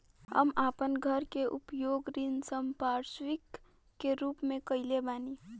हम आपन घर के उपयोग ऋण संपार्श्विक के रूप में कइले बानी